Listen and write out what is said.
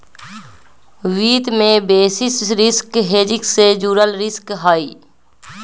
वित्त में basis risk hedging से जुड़ल रिस्क हहई